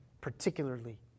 particularly